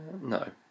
no